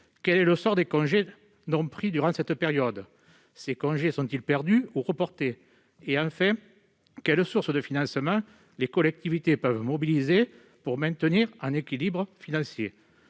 quelles modalités ? Les congés non pris durant cette période sont-ils perdus ou reportés ? Enfin, quelles sources de financement les collectivités peuvent-elles mobiliser pour maintenir un équilibre financier ?